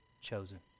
chosen